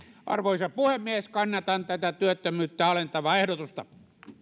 arvoisa puhemies kannatan tätä työttömyyttä alentavaa ehdotusta